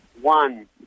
one